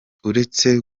uretse